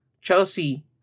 Chelsea